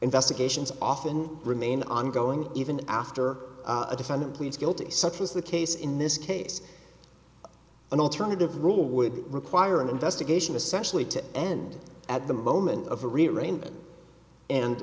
investigations often remain ongoing even after a defendant pleads guilty such as the case in this case an alternative rule would require an investigation especially to end at the moment of arrai